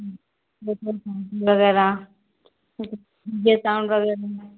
वगैरह